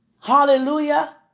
Hallelujah